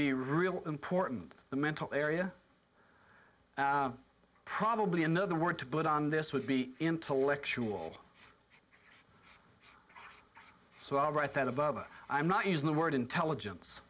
be real important the mental area probably another word to put on this would be intellectual so i'll write that above i'm not using the word intelligence